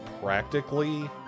practically